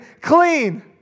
clean